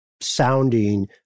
sounding